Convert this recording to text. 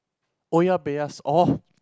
oya-beh-ya-s~ orh